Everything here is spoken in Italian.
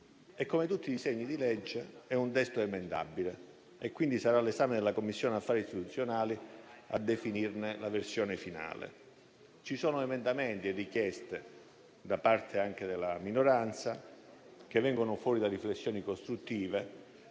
Come tutti i disegni di legge è un testo emendabile e quindi sarà l'esame della Commissione affari costituzionali a definirne la versione finale. Ci sono emendamenti e richieste anche da parte della minoranza, che vengono fuori da riflessioni costruttive